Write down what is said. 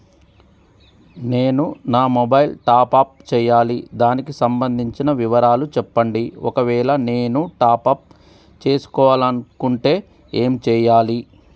నేను నా mobile top up చేయాలి దానికి సంబంధించిన వివరాలు చెప్పండి ఒకవేళ నేను టాప్ చేసుకోవాలనుకుంటే ఏం చేయాలి?